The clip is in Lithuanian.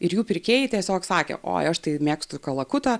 ir jų pirkėjai tiesiog sakė oi aš tai mėgstu kalakutą